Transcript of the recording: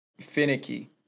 finicky